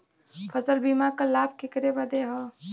फसल बीमा क लाभ केकरे बदे ह?